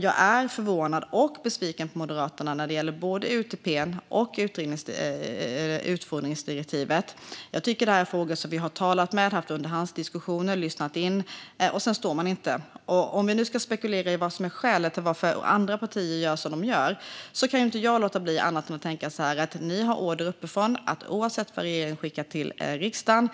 Jag är förvånad över och besviken på Moderaterna både när det gäller UTP:n och utfodringsdirektivet. Jag tycker att det här är frågor som vi har talat om, haft underhandsdiskussioner om och lyssnat in, och sedan står man inte för det. Om vi nu ska spekulera i vad som är skälet till varför andra partier gör som de gör kan jag inte låta bli att tänka att ni har order uppifrån att oavsett vad regeringen skickar till riksdagen